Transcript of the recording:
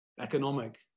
economic